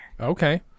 Okay